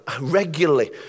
regularly